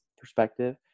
perspective